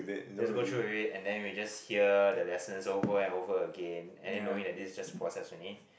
just go through with it and then we will just hear the lessons over and over again and then knowing that this is just process only